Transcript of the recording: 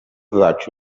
that